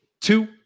two